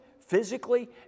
physically